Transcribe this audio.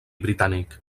britànic